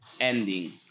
ending